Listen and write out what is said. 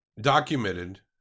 documented